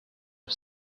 are